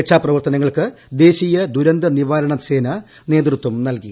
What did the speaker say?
രക്ഷാപ്രവർത്തനങ്ങൾക്ക് ദേശീയ ദുരന്തനിവാരണ സേന നേതൃത്വം നൽകി